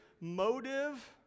motive